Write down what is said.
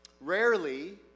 rarely